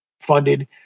funded